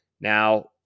Now